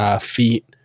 feet